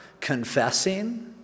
confessing